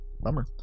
Bummer